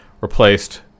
replaced